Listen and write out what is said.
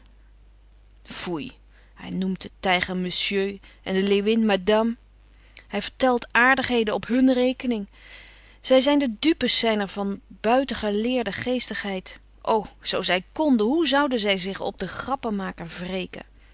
foei hij noemt den tijger monsieur en de leeuwin madame hij vertelt aardigheden op hun rekening zij zijn de dupes zijner van buitengeleerde geestigheid o zoo zij konden hoe zouden zij zich op den grappenmaker